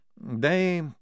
They—